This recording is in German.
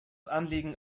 anliegen